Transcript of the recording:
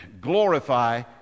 glorify